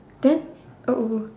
then uh oh